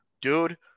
dude